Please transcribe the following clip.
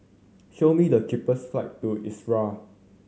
show me the cheapest flight to Israel